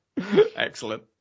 excellent